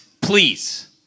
please